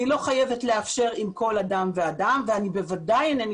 אני לא חייבת לאפשר עם כל אדם ואדם ואני בוודאי אינני